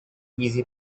easy